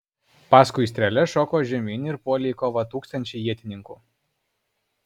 paskui strėles šoko žemyn ir puolė į kovą tūkstančiai ietininkų